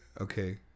okay